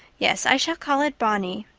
yes, i shall call it bonny.